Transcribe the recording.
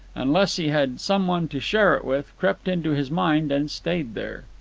unless he had some one to share it with, crept into his mind and stayed there.